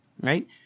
right